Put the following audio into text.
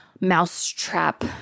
mousetrap